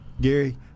Gary